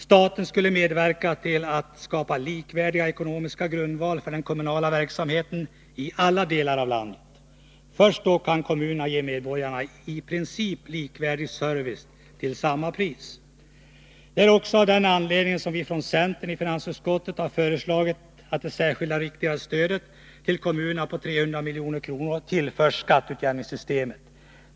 Staten skulle medverka till att skapa likvärdig ekonomisk grundval för den kommunala verksamheten i alla delar av landet. Först då kan kommunerna ge medborgarna en i princip likvärdig service till samma pris. Det är också av den anledningen som vi från centern i finansutskottet har föreslagit att det särskilda riktade stödet till kommunerna på 300 milj.kr. tillförs skatteutjämningssystemet.